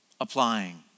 applying